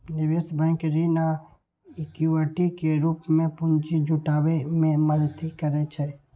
निवेश बैंक ऋण आ इक्विटी के रूप मे पूंजी जुटाबै मे मदति करै छै